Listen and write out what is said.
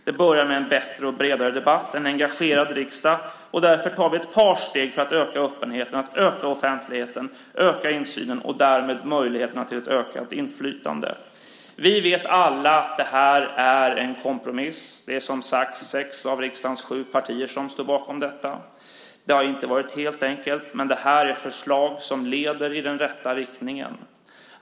Det börjar med en bättre och bredare debatt, en engagerad riksdag, och därför tar vi ett par steg för att öka öppenheten och offentligheten, öka insynen och därmed möjligheterna till ett ökat inflytande. Vi vet alla att det här är en kompromiss. Det är som sagt sex av riksdagen sju partier som står bakom. Det har inte varit helt enkelt, men det är ett förslag som leder i den rätta riktningen.